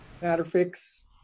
Matterfix